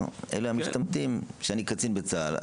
שאלה המשתמטים למרות שאני קצין בצה"ל.